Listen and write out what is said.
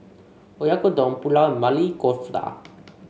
Oyakodon Pulao and Maili Kofta